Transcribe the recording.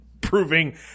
proving